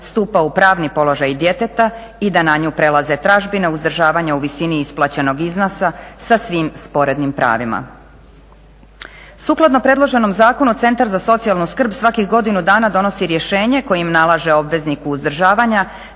stupa u pravni položaj djeteta i da na nju prelaze tražbine uzdržavanja u visini isplaćenog iznosa sa svim sporednim pravima. Sukladno predloženom zakonu centar za socijalnu skrb svakih godinu dana donosi rješenje kojim nalaže obvezniku uzdržavanja